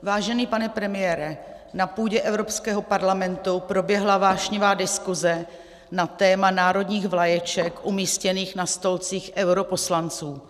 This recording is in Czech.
Vážený pane premiére, na půdě Evropského parlamentu proběhla vášnivá diskuze na téma národních vlaječek umístěných na stolcích europoslanců.